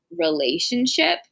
relationship